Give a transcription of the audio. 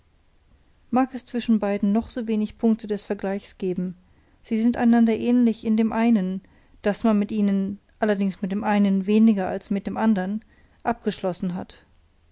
mag es zwischen beiden noch so wenig punkte des vergleichs geben sie sind einander ähnlich in dem einen daß man mit ihnen allerdings mit dem einen weniger als mit dem andern abgeschlossen hat